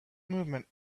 movement